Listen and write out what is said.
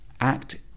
act